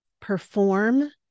perform